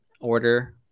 order